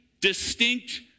distinct